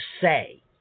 say